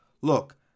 look